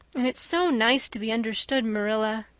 and it's so nice to be understood, marilla.